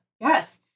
yes